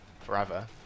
forever